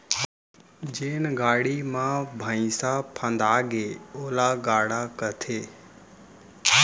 जेन गाड़ी म भइंसा फंदागे ओला गाड़ा कथें